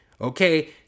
Okay